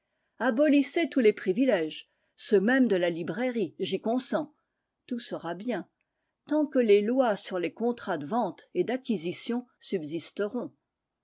abolissez tous les privilèges ceux même de la librairie j'y consens tout sera bien tant que les lois sur les contrats de vente et d'acquisition subsisteront